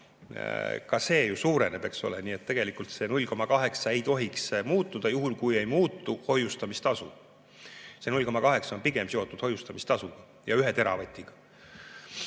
jagada, suureneb, eks ole. Nii et tegelikult see 0,8 ei tohiks muutuda, juhul kui ei muutu hoiustamistasu. See 0,8 on pigem seotud hoiustamistasuga ja 1 teravatiga.